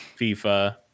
FIFA